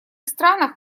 странах